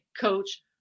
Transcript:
Coach